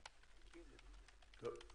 טוב,